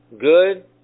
good